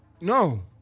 no